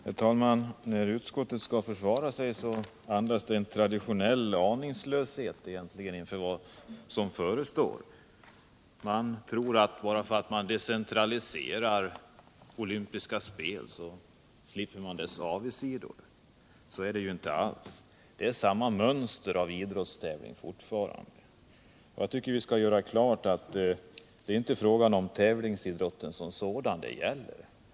Herr talman! När utskottet skall försvara sig andas det en traditionell aningslöshet inför vad som förestår. Utskottet tror att bara därför att spelen decentraliseras så slipper man dess avigsidor. Så är det ju inte alls. Det är fortfarande samma mönster. Vi skall ha klart för oss att det inte är tävlingsidrotten som sådan det gäller.